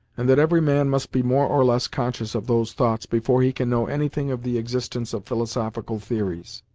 and that every man must be more or less conscious of those thoughts before he can know anything of the existence of philosophical theories.